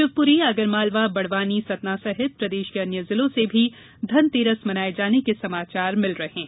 शिवपुरी आगरमालवा बड़वानी सतना सहित प्रदेश के अन्य जिलों से भी धनतेरस मनाये जाने के समाचार मिल रहे हैं